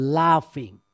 laughing